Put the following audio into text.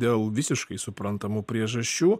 dėl visiškai suprantamų priežasčių